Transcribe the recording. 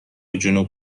جنوب